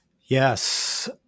Yes